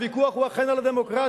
הוויכוח הוא אכן על הדמוקרטיה,